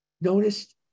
noticed